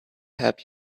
help